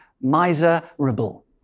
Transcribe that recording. miserable